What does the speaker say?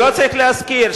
שלא צריך להזכיר,